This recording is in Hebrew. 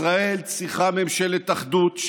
ישראל צריכה ממשלת אחדות,